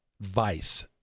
vice